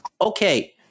Okay